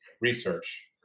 research